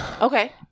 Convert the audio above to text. Okay